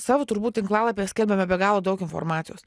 savo turbūt tinklalapyje skelbiame be galo daug informacijos